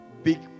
Big